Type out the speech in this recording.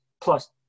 plus